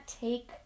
take